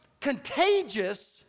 contagious